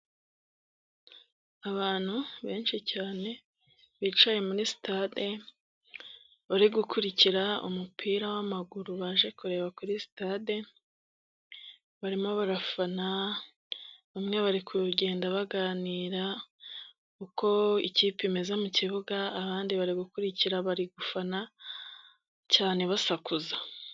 Abantu benshi cyane bicaye muri sitade, bari gukurikira umupira w'amaguru baje kureba kuri si, tade barimo barafana, bamwe bari kugenda baganira uko ikipe imeze mu kibuga, abandi bari gukurikira bari gufana cyane basakuza.